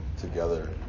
together